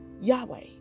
Yahweh